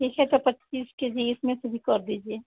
ठीक है तो पच्चीस के जी इसमें से भी कर दीजिए